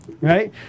right